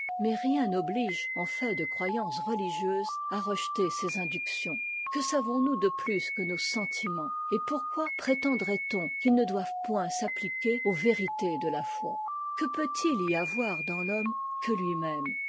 rien n'oblige en fait de croyance religieuse à rejeter ces inductions que savons-nous de plus que nos sentiments et pourquoi prétendrait on qu'ils ne doivent point s'appliquer aux vérités de la foi que peut-il y avoir dans l'homme que lui-même